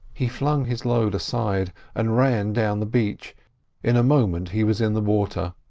he flung his load aside, and ran down the beach in a moment he was in the water.